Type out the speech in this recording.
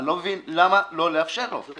אני לא מבין למה לא לאפשר לו.